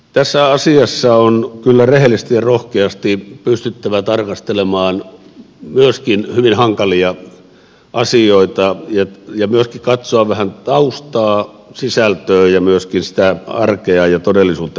tässä asiassa on kyllä rehellisesti ja rohkeasti pystyttävä tarkastelemaan myöskin hyvin hankalia asioita ja myöskin täytyy katsoa vähän taustaa sisältöä ja myöskin sitä arkea ja todellisuutta missä olemme